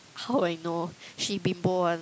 how I know she bimbo one